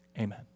Amen